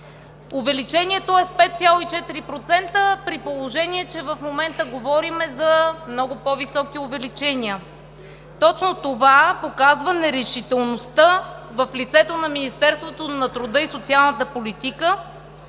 Увеличението е с 5,4%, при положение че в момента говорим за много по-високи увеличения. Това показва нерешителността в лицето на Министерството на труда и социалната политика